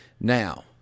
Now